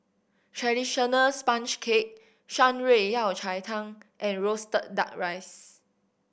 traditional sponge cake Shan Rui Yao Cai Tang and roasted Duck Rice